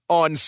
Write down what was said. on